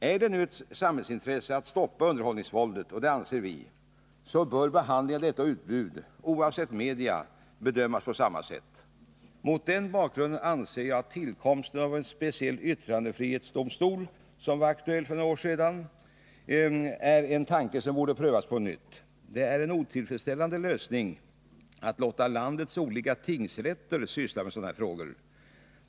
Är det nu ett samhällsintresse att stoppa underhållningsvåldet — och det anser vi — så bör behandlingen av detta utbud, oavsett media, bedömas på samma sätt. Mot den bakgrunden anser jag att tillkomsten av en speciell yttrandefrihetsdomstol, som föreslogs för några år sedan, är en tanke som borde prövas på nytt. Det är en otillfredsställande lösning att låta landets olika tingsrätter syssla med sådana frågor.